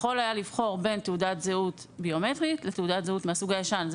יכול היה לבחור בין תעודת זהות ביומטרית לבין תעודת זהות מהסוג הישן.